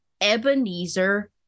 ebenezer